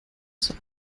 zur